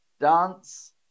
Dance